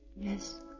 Yes